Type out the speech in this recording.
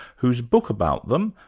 whose book about them,